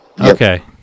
Okay